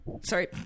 sorry